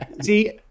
see